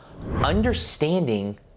Understanding